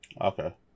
okay